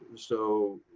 so